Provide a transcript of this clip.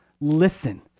listen